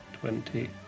twenty